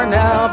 now